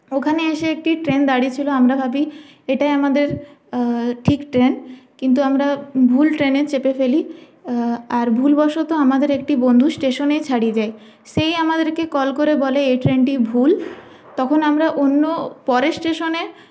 ওখানে এসে একটি ট্রেন দাঁড়িয়েছিল আমরা ভাবি এটাই আমাদের ঠিক ট্রেন কিন্তু আমরা ভুল ট্রেনে চেপে ফেলি আর ভুলবশত আমাদের একটি বন্ধু স্টেশনেই ছাড়িয়ে যায় সেই আমাদেরকে কল করে বলে এই ট্রেনটি ভুল তখন আমরা অন্য পরের স্টেশনে